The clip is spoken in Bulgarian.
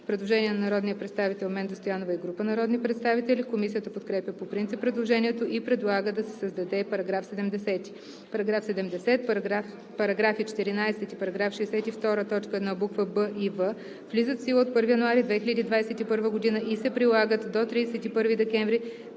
Предложение на народния представител Менда Стоянова и група народни представители. Комисията подкрепя по принцип предложението и предлага да се създаде § 70: „§ 70. Параграфи 14 и § 62, т. 1, б. „б“ и „в“ влизат в сила от 1 януари 2021 г. и се прилагат до 31 декември